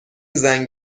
زنگ